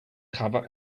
cover